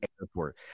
airport